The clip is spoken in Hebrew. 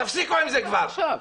תפסיקו עם זה כבר.